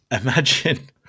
Imagine